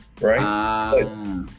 right